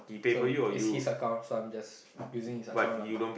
so it's his account so I'm just using his account lah